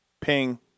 Ping